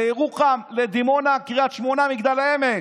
לירוחם, לדימונה, לקריית שמונה, למגדל העמק.